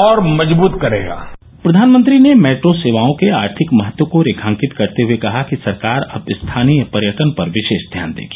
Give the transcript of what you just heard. और मजबूत करेगा प्रधानमंत्री ने मेट्रो सेवाओं के आर्थिक महत्व को रेखांकित करते हुए कहा कि सरकार अब स्थानीय पर्यटन पर विशेष ध्यान देगी